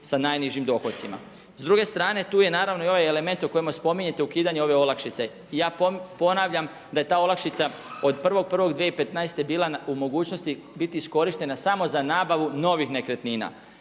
sa najnižim dohodcima. S druge strane tu je naravno i ovaj element u kojemu spominjete ukidanje ove olakšice. Ja ponavljam da je ta olakšica od 1.1.2015. bila u mogućnosti biti iskorištena samo za nabavu novih nekretnina.